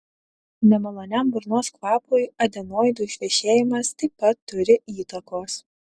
nemaloniam burnos kvapui adenoidų išvešėjimas taip pat turi įtakos